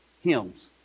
hymns